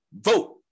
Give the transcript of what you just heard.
vote